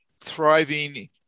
thriving